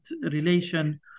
relation